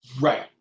Right